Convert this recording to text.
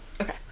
Okay